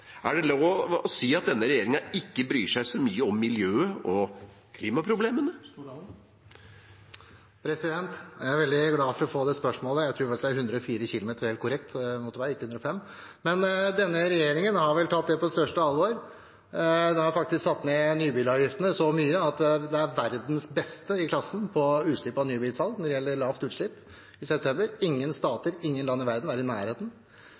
Er det lov å si at denne regjeringen ikke bryr seg så mye om miljøet og klimaproblemene? Jeg er veldig glad for å få det spørsmålet. Jeg tror 104 km motorvei er helt korrekt, ikke 105. Denne regjeringen har tatt dette på største alvor. De har faktisk satt ned nybilavgiftene så mye at vi er verdens beste i klassen når det gjelder lavt utslipp, ved nybilsalg i september. Ingen stater – ingen land i verden – er i nærheten.